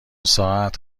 ساعت